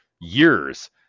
years